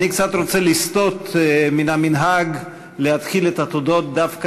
אני רוצה לסטות קצת מן המנהג להתחיל את התודות דווקא